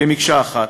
כמקשה אחת.